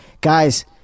Guys